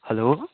hello